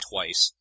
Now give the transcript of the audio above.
Twice